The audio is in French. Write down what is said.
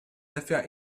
affaires